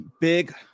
big